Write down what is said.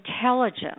intelligence